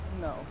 No